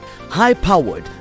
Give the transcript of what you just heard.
High-powered